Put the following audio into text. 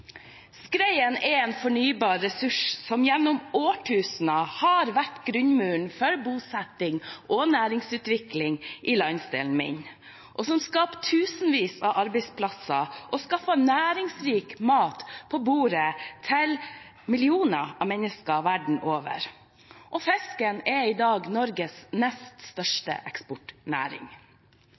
Skreien er en fornybar ressurs som gjennom årtusener har vært grunnmuren for bosetting og næringsutvikling i landsdelen min, og som har skapt tusenvis av arbeidsplasser og skaffet næringsrik mat på bordet til millioner av mennesker verden over. Fisken er i dag Norges nest største eksportnæring.